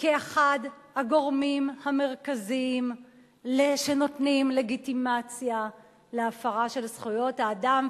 כאחד הגורמים המרכזיים שנותנים לגיטימציה להפרה של זכויות האדם.